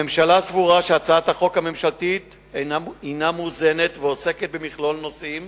הממשלה סבורה שהצעת החוק הממשלתית היא מאוזנת ועוסקת במכלול נושאים